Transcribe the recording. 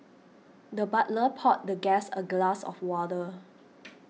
the butler poured the guest a glass of water